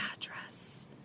address